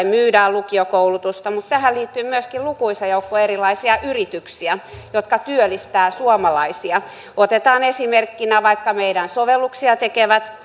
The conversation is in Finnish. myydään lukiokoulutusta mutta tähän liittyy myöskin lukuisa joukko erilaisia yrityksiä jotka työllistävät suomalaisia otetaan esimerkkinä vaikka meidän sovelluksia tekevät